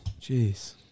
Jeez